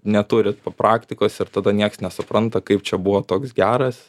neturi praktikos ir tada nieks nesupranta kaip čia buvo toks geras